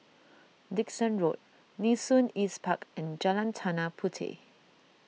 Dickson Road Nee Soon East Park and Jalan Tanah Puteh